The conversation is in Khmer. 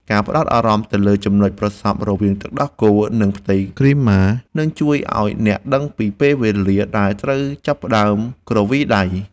ការផ្ដោតអារម្មណ៍ទៅលើចំណុចប្រសព្វរវាងទឹកដោះគោ និងផ្ទៃគ្រីម៉ានឹងជួយឱ្យអ្នកដឹងពីពេលវេលាដែលត្រូវចាប់ផ្តើមគ្រវីដៃ។